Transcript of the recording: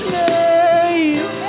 name